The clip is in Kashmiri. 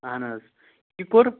اہن حظ کِکُر